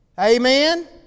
Amen